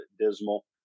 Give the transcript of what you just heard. dismal